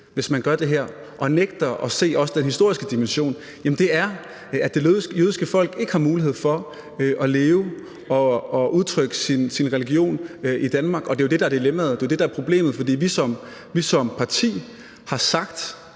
hvis man gør det her og også nægter at se den historiske dimension, er, at det jødiske folk ikke har mulighed for at leve og udtrykke sin religion i Danmark, og det er jo det, der er dilemmaet; det er jo det, der er problemet. Vi har som parti efter